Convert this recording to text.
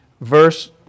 verse